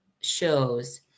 shows